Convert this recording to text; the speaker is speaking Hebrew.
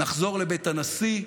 נחזור לבית הנשיא,